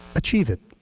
achieve it.